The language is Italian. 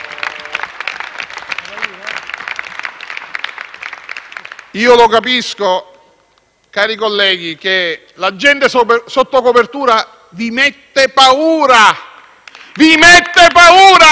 Capisco, cari colleghi, che l'agente sotto copertura vi mette paura. Vi mette paura!